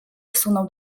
wsunął